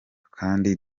kandi